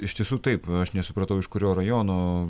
iš tiesų taip aš nesupratau iš kurio rajono